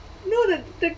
no the the